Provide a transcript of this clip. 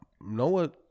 Noah